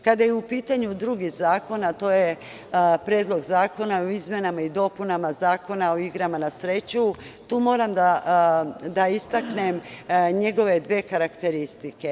Kada je u pitanju drugi zakon, a to je Predlog zakona o izmenama i dopunama Zakona o igrama na sreću, tu moram da istaknem njegove dve karakteristike.